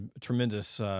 tremendous